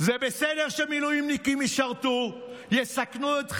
זה בסדר שמילואימניקים ישרתו, יסכנו את חייהם.